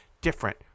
different